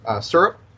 syrup